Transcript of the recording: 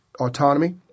autonomy